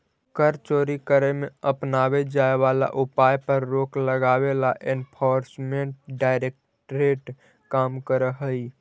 कर चोरी करे में अपनावे जाए वाला उपाय पर रोक लगावे ला एनफोर्समेंट डायरेक्टरेट काम करऽ हई